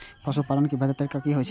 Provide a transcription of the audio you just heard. पशुपालन के बेहतर तरीका की होय छल?